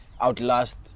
outlast